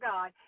God